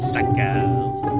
Suckers